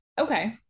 okay